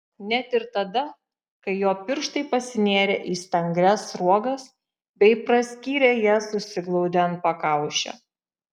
net ir tada kai jo pirštai pasinėrė į stangrias sruogas bei praskyrę jas susiglaudė ant pakaušio